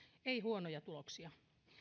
ei huonoja tuloksia